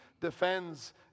defends